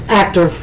actor